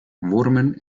wormen